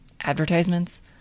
advertisements